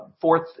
Fourth